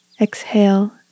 Exhale